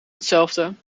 hetzelfde